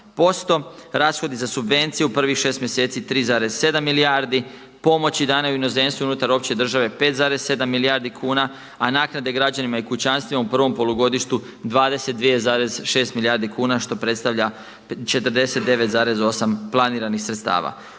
44,8%. Rashodi za subvencije u prvih 6 mjeseci 3,7 milijardi, pomoći …/Govornik se ne razumije./… u inozemstvu i unutar opće države 5,7 milijardi kuna a naknade građanima i kućanstvima u prvom polugodištu 22,6 milijardi kuna što predstavlja 49,8 planiranih sredstava.